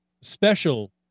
special